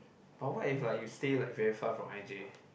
but what if like you stay like very far away from i_j